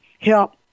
help